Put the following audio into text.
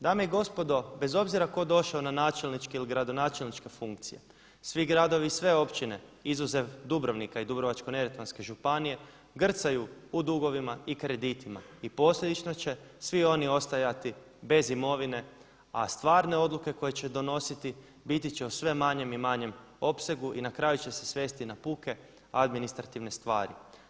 Dame i gospodo, bez obzira tko došao na načelničke ili gradonačelničke funkcije, svi gradovi i sve općine izuzev Dubrovnika i Dubrovačkko-neretvanske županije grcaju u dugovima i kreditima, i posljedično će svi oni ostajati bez imovine a stvarne odluke koje će donositi biti će u sve manjem i manjem opsegu i na kraju će se svesti na puke administrativne stvari.